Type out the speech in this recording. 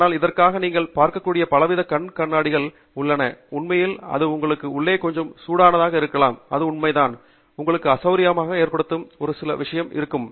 ஆனால் இதற்காக நீங்கள் பார்க்கக்கூடிய பலவித கண் கண்ணாடிகள் உள்ளன உண்மையில் அது உங்களுக்கு உள்ளே கொஞ்சம் சூடானதாக இருக்கலாம் என்ற உண்மையாகும் உங்களுக்கு அசௌகரியத்தை ஏற்படுத்தும் ஒரே விஷயம் இதுதான்